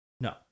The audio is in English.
No